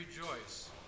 rejoice